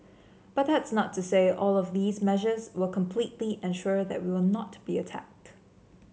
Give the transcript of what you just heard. but that's not to say all of these measures will completely ensure that we will not be attacked